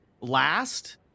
last